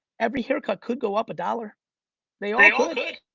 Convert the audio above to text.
every haircut could go up a dollar they all could,